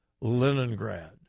Leningrad